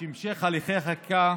שהמשך הליכי החקיקה